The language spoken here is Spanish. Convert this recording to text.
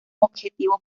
objetivo